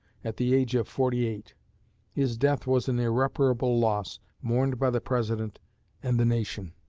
at the age of forty-eight. his death was an irreparable loss, mourned by the president and the nation.